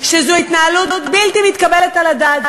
שזו התנהלות בלתי מתקבלת על הדעת,